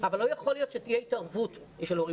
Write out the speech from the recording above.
אבל לא יכול להיות שתהיה התערבות של הורים,